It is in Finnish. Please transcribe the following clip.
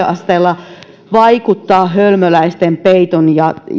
asteella vaikuttaa hölmöläisten peiton